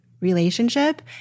relationship